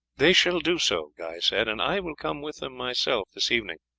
they shall do so, guy said, and i will come with them myself this evening.